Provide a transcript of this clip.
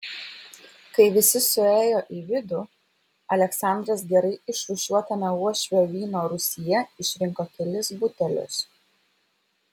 kai visi suėjo į vidų aleksandras gerai išrūšiuotame uošvio vyno rūsyje išrinko kelis butelius